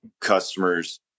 customers